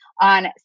on